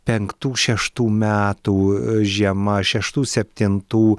penktų šeštų metų žiema šeštų septintų